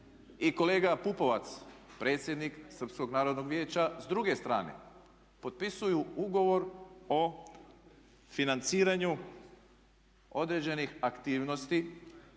i kolega Pupovac, predsjednik Srpskog narodnog vijeća s druge strane potpisuju ugovor o financiranju određenih aktivnosti